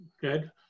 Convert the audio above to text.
Good